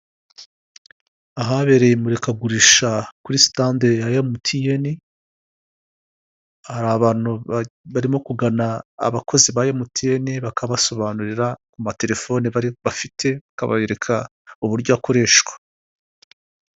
Ahabereye imurikagurisha kuri sitande ya MTN, hari abantu barimo kugana abakozi ba MTN bakabasobanurira amatelefone bafite bakabereka uburyo akoreshwa.